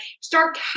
start